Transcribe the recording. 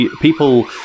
People